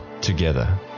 together